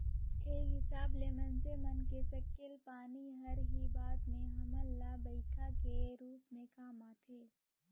ए हिसाब ले माइनसे मन के सकेलल पानी हर ही बाद में हमन ल बईरखा के रूप में काम आथे